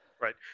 Right